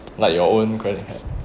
like your own credit card